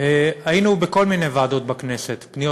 היינו בכל מיני ועדות בכנסת: פניות